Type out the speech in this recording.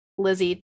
lizzie